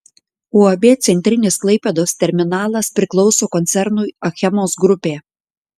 uab centrinis klaipėdos terminalas priklauso koncernui achemos grupė